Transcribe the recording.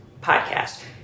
podcast